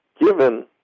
given